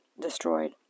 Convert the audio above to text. destroyed